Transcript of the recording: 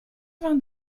vingt